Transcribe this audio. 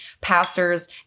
pastors